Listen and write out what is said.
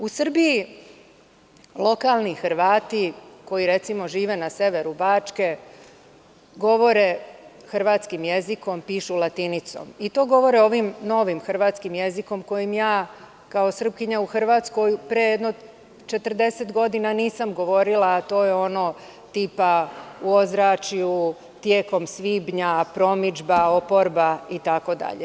U Srbiji lokalni Hrvati koji recimo žive na severu Bačke, govore hrvatskim jezikom, pišu latinicom i to govore ovim novim hrvatskim jezikom kojim ja, kao Srpkinja u Hrvatskoj, pre jedno 40 godina nisam govorila, a to je ono tipa – u ozračju, tjekom svibnja, promidžba, oporba, itd.